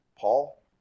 Paul